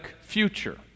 future